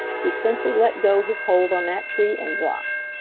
he simply let go his hold on that tree and dropped.